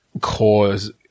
cause-